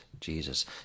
Jesus